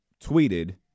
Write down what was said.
tweeted